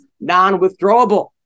non-withdrawable